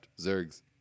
Zergs